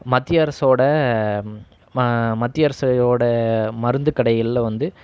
மத்திய அரசோட ம மத்திய அரசோட மருந்துக்கடைகள்ல வந்து